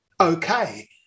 okay